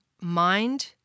mind